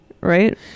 Right